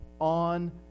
on